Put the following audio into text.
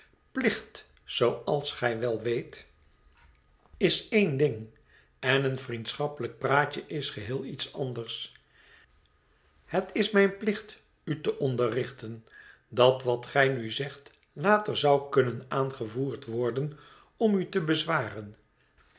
plicht zooals gij wel weet is één ding en een vriendschappelijk praatje is geheel iets anders het is mijn plicht u te onderrichten dat wat gij nu zegt later zou kunnen aangevoerd worden om u te bezwaren